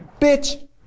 bitch